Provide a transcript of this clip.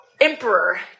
emperor